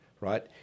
right